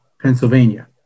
Pennsylvania